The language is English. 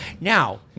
Now